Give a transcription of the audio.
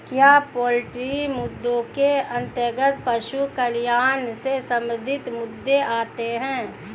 क्या पोल्ट्री मुद्दों के अंतर्गत पशु कल्याण से संबंधित मुद्दे आते हैं?